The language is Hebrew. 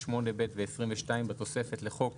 8ב ו-22 בתוספת לחוק